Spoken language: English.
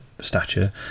stature